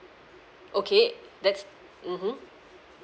okay that's mmhmm